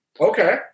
Okay